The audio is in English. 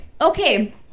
okay